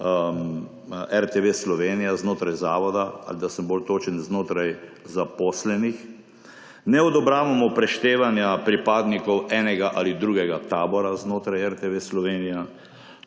RTV Slovenija, znotraj zavoda, da sem bolj točen, znotraj zaposlenih. Ne odobravamo preštevanja pripadnikov enega ali drugega tabora znotraj RTV Slovenija.